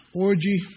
orgy